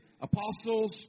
Apostles